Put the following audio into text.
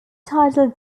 titled